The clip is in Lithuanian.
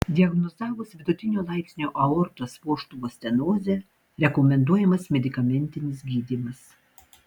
diagnozavus vidutinio laipsnio aortos vožtuvo stenozę rekomenduojamas medikamentinis gydymas